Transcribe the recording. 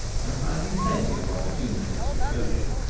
and finding plenty of opportunities for poaching.